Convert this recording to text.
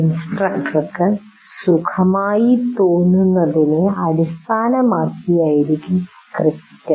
ഇൻസ്ട്രക്ടർക്ക് സുഖമായി തോന്നുന്നതിനെ അടിസ്ഥാനമാക്കിയായിരിക്കും സ്ക്രിപ്റ്റ്